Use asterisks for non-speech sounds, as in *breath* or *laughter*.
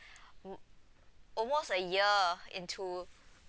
*breath* *noise* almost a year into